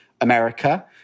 America